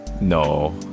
No